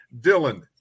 Dylan